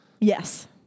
Yes